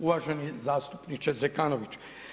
Uvaženi zastupniče Zekanović.